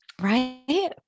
Right